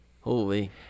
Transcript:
Holy